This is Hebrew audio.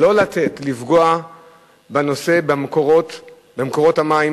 לא לתת לפגוע במקורות המים,